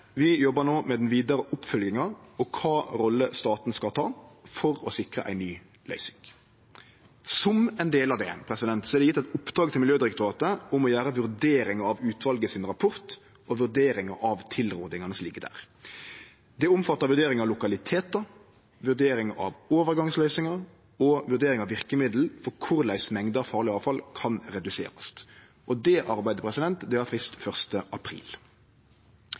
jobbar no med den vidare oppfølginga og kva rolle staten skal ta for å sikre ei ny løysing. Som ein del av dette er det gjeve eit oppdrag til Miljødirektoratet om å gjere ei vurdering av utvalet sin rapport og vurdering av tilrådingane slik dei er. Det omfattar vurdering av lokalitetar, vurdering av overgangsløysingar og vurdering av verkemiddel for korleis mengder farleg avfall kan reduserast. Det arbeidet